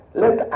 let